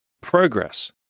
progress